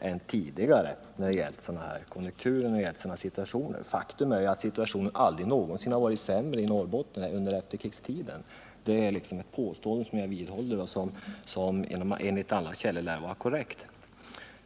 än tidigare under liknande konjunkturlägen. Faktum är att situationen aldrig någonsin varit sämre i Norrbotten under efterkrigstiden. Det är ett påstående jag vidhåller och som, enligt alla källor, lär vara korrekt.